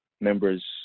members